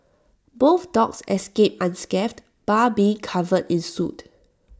both dogs escaped unscathed bar be covered in soot